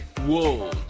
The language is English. Whoa